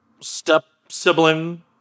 step-sibling